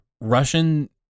Russian